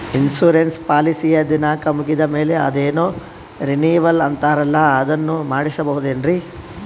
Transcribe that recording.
Insurance ಪಾಲಿಸಿಯ ದಿನಾಂಕ ಮುಗಿದ ಮೇಲೆ ಅದೇನೋ ರಿನೀವಲ್ ಅಂತಾರಲ್ಲ ಅದನ್ನು ಮಾಡಿಸಬಹುದೇನ್ರಿ?